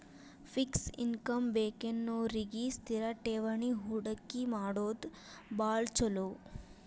fix income ಬೇಕನ್ನೋರಿಗಿ ಸ್ಥಿರ ಠೇವಣಿ ಹೂಡಕಿ ಮಾಡೋದ್ ಭಾಳ್ ಚೊಲೋ